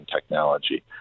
technology